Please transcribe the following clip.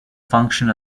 function